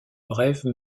brève